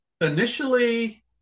Initially